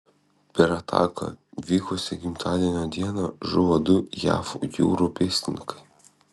per ataką vykusią gimtadienio dieną žuvo du jav jūrų pėstininkai